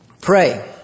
Pray